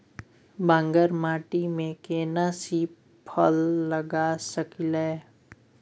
बांगर माटी में केना सी फल लगा सकलिए?